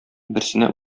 берсенә